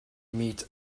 meet